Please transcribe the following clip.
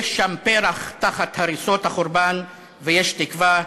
יש שם פרח תחת הריסות החורבן ויש תקווה.